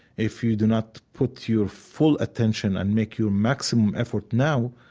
if you do not put your full attention and make your maximum effort now,